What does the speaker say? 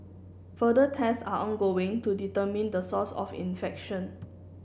further test are ongoing to determine the source of infection